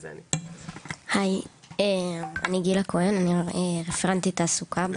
היי, אני גיל הכהן, אני הרפרנט תעסוקה.